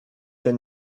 się